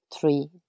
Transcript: three